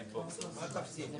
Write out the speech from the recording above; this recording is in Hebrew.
מי בעד קבלת ההסתייגות?